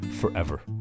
forever